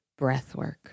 Breathwork